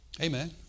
Amen